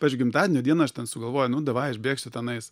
pavyzdžiui gimtadienio dieną aš ten sugalvojau nu davai aš bėgsiu tenais